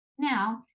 Now